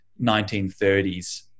1930s